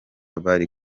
bari